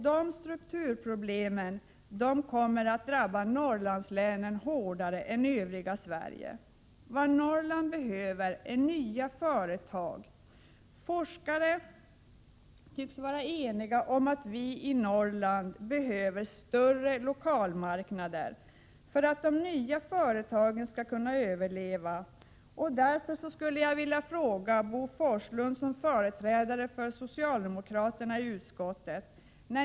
Dessa strukturproblem kommer att drabba Norrlandslänen hårdare än det övriga Sverige. Vad Norrland behöver är nya företag. Forskare tycks också vara eniga om att vi i Norrland behöver större lokalmarknader för att de nya företagen skall kunna överleva. Därför vill jag ställa en fråga till Bo Forslund, som företrädare för socialdemokraterna i utskottet.